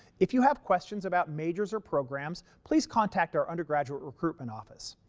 if you have questions about majors or programs, please contact our undergraduate recruitment office.